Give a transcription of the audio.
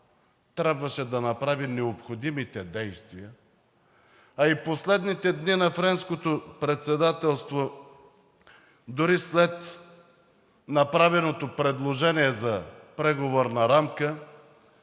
трябваше да направи необходимите действия. А и последните дни на Френското председателство дори след направеното предложение за Преговорна рамка,